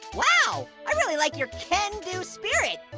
wow, i really like your ken-do spirit.